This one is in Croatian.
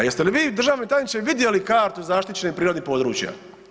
A jeste li vi državni tajniče vidjeli kartu zaštićenih prirodnih područja?